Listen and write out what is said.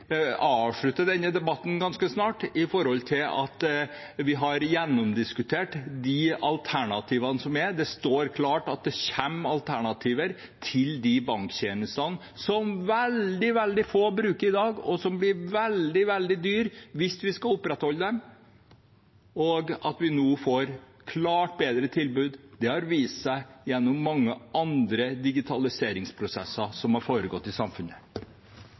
har gjennomdiskutert de alternativene som er. Det står klart at det kommer alternativer til de banktjenestene som veldig, veldig få bruker i dag, og som blir veldig, veldig dyre hvis vi skal opprettholde dem. Og at vi nå får et klart bedre tilbud, har vist seg gjennom mange andre digitaliseringsprosesser som har foregått i samfunnet.